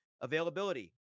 availability